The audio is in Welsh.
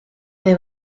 mae